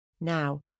Now